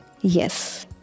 Yes